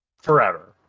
forever